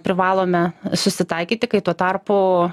privalome susitaikyti kai tuo tarpu